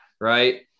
right